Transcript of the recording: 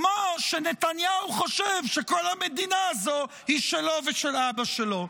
כמו שנתניהו חושב שכל המדינה הזו היא שלו ושל אבא שלו.